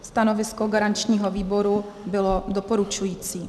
Stanovisko garančního výboru bylo doporučující.